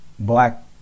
black